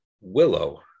Willow